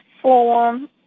form